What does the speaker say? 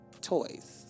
toys